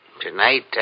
Tonight